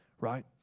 right